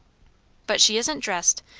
but she isn't dressed,